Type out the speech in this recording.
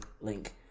link